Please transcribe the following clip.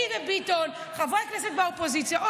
אני וביטון חברי כנסת מהאופוזיציה.